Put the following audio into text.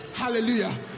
hallelujah